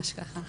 ממש ככה.